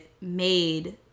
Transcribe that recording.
made